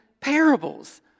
parables